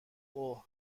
اوه